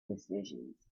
decisions